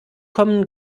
kommen